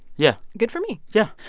yeah good for me yeah.